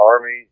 army